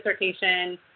dissertation